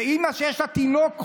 אימא שיש לה תינוק חולה,